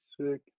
sick